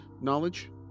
knowledge